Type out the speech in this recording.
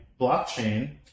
blockchain